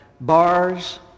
bars